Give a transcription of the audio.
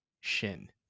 shin